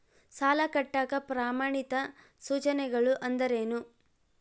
ಸಾಲ ಕಟ್ಟಾಕ ಪ್ರಮಾಣಿತ ಸೂಚನೆಗಳು ಅಂದರೇನು?